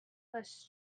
less